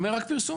אומר רק פרסום.